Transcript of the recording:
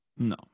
No